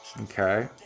okay